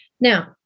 Now